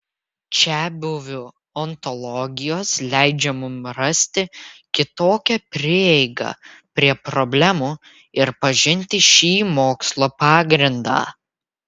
čiabuvių ontologijos leidžia mums rasti kitokią prieigą prie problemų ir pažinti šį mokslo pagrindą